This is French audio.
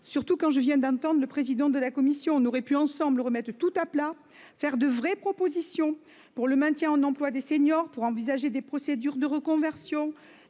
surtout quand je viens d'un temps le président de la commission n'aurait pu ensembles remette tout à plat. Faire de vraies propositions pour le maintien en emploi des seniors pour envisager des procédures de reconversion.